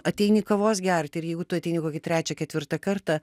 ateini kavos gerti ir jeigu tu ateini kokį trečią ketvirtą kartą